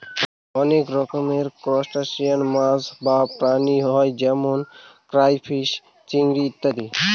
অনেক রকমের ত্রুসটাসিয়ান মাছ বা প্রাণী হয় যেমন ক্রাইফিষ, চিংড়ি ইত্যাদি